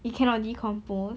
it cannot decompose